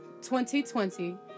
2020